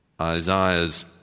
Isaiah's